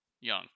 young